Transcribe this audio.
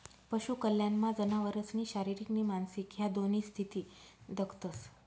पशु कल्याणमा जनावरसनी शारीरिक नी मानसिक ह्या दोन्ही स्थिती दखतंस